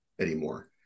anymore